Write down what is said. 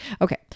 Okay